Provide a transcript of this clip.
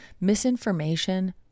misinformation